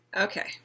Okay